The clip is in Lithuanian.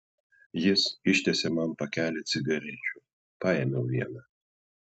jis ištiesė man pakelį cigarečių paėmiau vieną